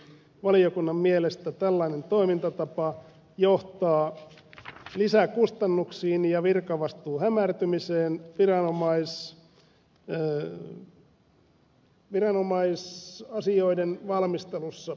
valiokunnan mielestä tällainen toimintatapa johtaa lisäkustannuksiin ja virkavastuun hämärtymiseen viranomais lähelle ja lomaa jossa viranomaisasioiden valmistelussa